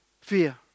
Fear